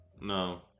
no